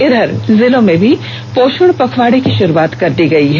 इधर जिलों में भी पोषण पखवाड़ा की शुरूआत कर दी गयी है